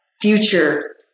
future